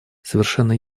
совершенно